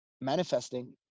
manifesting